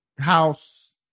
house